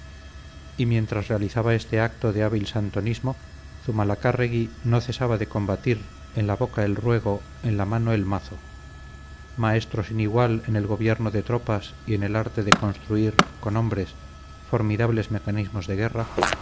y mientras realizaba este acto de hábil santonismo zumalacárregui no cesaba de combatir en la boca el ruego en la mano el mazo maestro sin igual en el gobierno de tropas y en el arte de construir con hombres formidables mecanismos de guerra